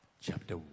chapter